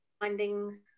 findings